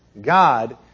God